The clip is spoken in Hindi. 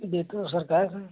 देतो सरकार हैं